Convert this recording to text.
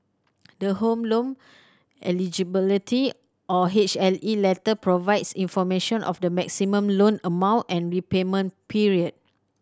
the Home Loan Eligibility or H L E letter provides information of the maximum loan amount and repayment period